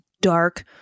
dark